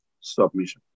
submission